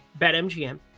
BetMGM